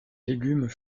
légumes